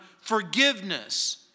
forgiveness